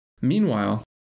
Meanwhile